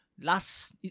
Last